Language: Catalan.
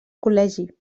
col·legi